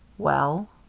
well?